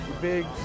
Big